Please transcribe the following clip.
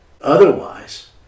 Otherwise